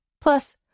Plus